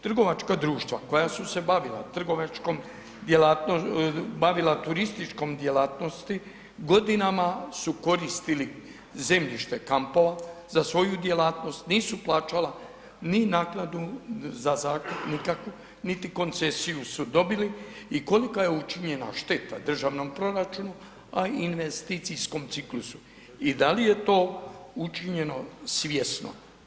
Trgovačka društva koja su se bavila trgovačkom, bavila turističkom djelatnosti godinama su koristili zemljište kampova za svoju djelatnost, nisu plaćala ni naknadu za zakup nikakvu, niti koncesiju su dobili i kolika je učinjena šteta državnom proračunu a i investicijskom ciklusu i da li je to učinjeno svjesno?